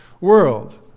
world